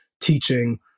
teaching